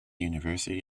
university